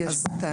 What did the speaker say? כי יש פה תאגיד.